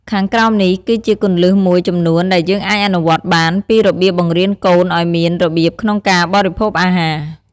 ខាងក្រោមនេះ គឺជាគន្លឹះមួយចំនួនដែលយើងអាចអនុវត្តបាន ពីរបៀបបង្រៀនកូនឲ្យមានរបៀបក្នុងការបរិភោគអាហារ។